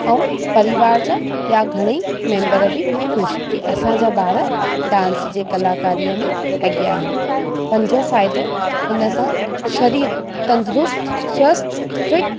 ऐं परिवार जा ॿिया घणेई मेम्बर बि ख़ुशि की असां जा ॿार डांस जी कलाकारीअ में अॻियां आहिनि पंजो फ़ाइदो हिन सां शरीर तंदुरुस्तु स्वस्थ फिट